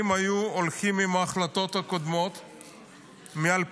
אם היו הולכים עם ההחלטות הקודמות מ-2018,